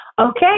Okay